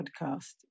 podcast